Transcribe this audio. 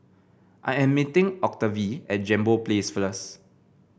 I am meeting Octavie at Jambol Place first